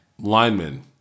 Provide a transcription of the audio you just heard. linemen